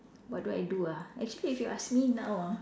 what do I do ah actually if you ask me now ah